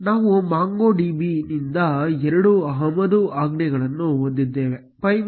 ನಾವು pymongoದಿಂದ ಎರಡು ಆಮದು ಆಜ್ಞೆಗಳನ್ನು ಹೊಂದಿದ್ದೇವೆ pymongo ಮತ್ತು MongoClient